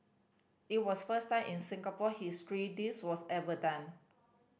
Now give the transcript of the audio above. it was first time in Singapore history this was ever done